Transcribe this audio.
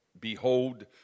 Behold